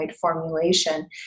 formulation